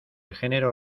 género